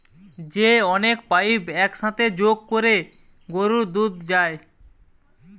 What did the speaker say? যে অনেক পাইপ এক সাথে যোগ কোরে গরুর দুধ যায়